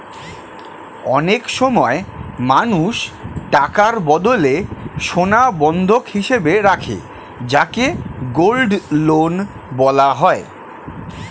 অনেক সময় মানুষ টাকার বদলে সোনা বন্ধক হিসেবে রাখে যাকে গোল্ড লোন বলা হয়